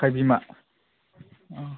खाइजिमा अ